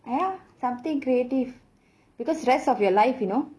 ya something creative because the rest of your life you know